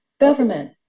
government